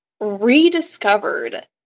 rediscovered